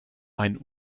ein